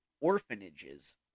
orphanages